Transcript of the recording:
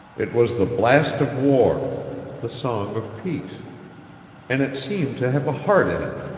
it was the blast of war the song of peace and it seemed to have a heart in it,